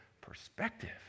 perspective